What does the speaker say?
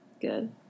Good